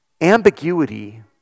ambiguity